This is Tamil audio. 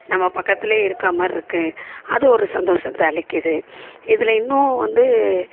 நம்ம பக்கத்திலே இருக்கற மாதிரி இருக்குது அது ஒரு சந்தோஷத்த அளிக்குது இதில் இன்னும் வந்து